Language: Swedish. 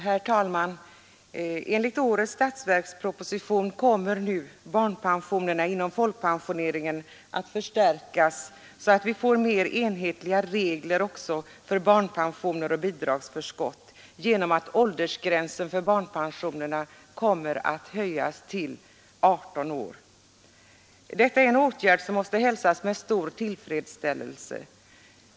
Herr talman! Enligt årets statsverksproposition kommer barnpensionerna inom folkpensioneringen att förstärkas. Vi får mera enhetliga regler för barnpensioner och bidragsförskott genom att åldersgränsen för barnpensionerna kommer att höjas till 18 år. Detta är en åtgärd som hälsas med stor tillfredsställelse.